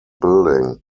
building